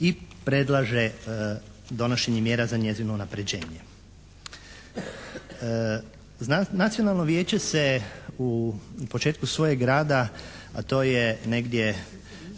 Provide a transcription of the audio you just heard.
i predlaže donošenje mjera za njezino unapređenje. Nacionalno vijeće se u početku svojeg rada, a to je negdje